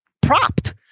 propped